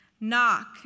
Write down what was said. Knock